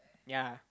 ya